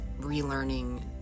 relearning